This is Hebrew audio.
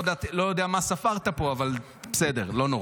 לא יודע מה ספרת פה, אבל בסדר, לא נורא.